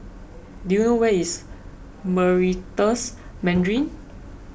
do you where is Meritus Mandarin